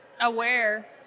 aware